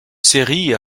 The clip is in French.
série